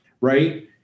right